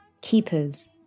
keepers